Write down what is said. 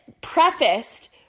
prefaced